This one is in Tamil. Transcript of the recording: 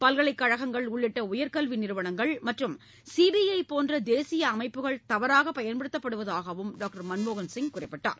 பல்கலைக் கழகங்கள் உள்ளிட்ட உயர்கல்வி நிறுவனங்கள் மற்றும் சிபிஐ போன்ற தேசிய அமைப்புகள் தவறாக பயன்படுத்தப்படுவதாகவும் டாக்டர் மன்மோகன்சிங் தெரிவித்தார்